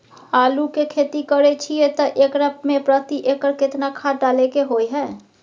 आलू के खेती करे छिये त एकरा मे प्रति एकर केतना खाद डालय के होय हय?